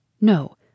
No